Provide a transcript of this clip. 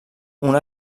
una